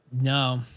No